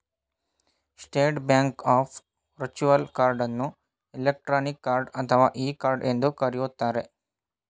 state Bank of virtual card ಅನ್ನು electronic card ಅಥವಾ e card ಎಂದು ಕರೆಯುತ್ತಾರೆ